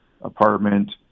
apartment